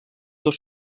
dos